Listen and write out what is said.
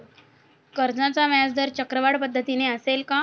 कर्जाचा व्याजदर चक्रवाढ पद्धतीने असेल का?